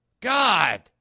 God